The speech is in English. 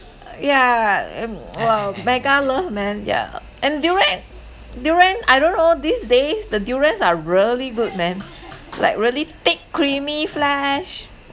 yeah um !wah! mega love man yeah and durian durian I don't know these days the durians are really good man like really thick creamy flesh